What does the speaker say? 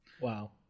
wow